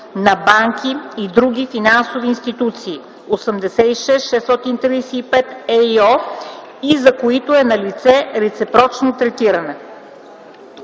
на банки и други финансови институции 86/635/ЕИО и за които е налице реципрочно третиране.”